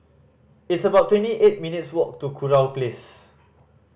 it's about twenty eight minutes' walk to Kurau Place